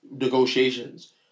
negotiations